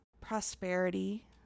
prosperity